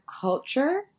culture